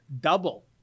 double